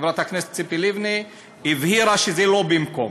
חברת הכנסת ציפי לבני הבהירה שזה לא במקום.